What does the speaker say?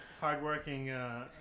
hardworking